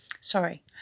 Sorry